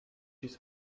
his